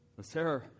Sarah